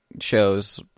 shows